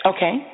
Okay